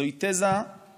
זוהי תזה מסולפת